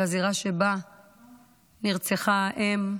לזירה שבה נרצחה האם,